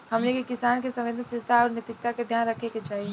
हमनी के किसान के संवेदनशीलता आउर नैतिकता के ध्यान रखे के चाही